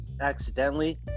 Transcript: accidentally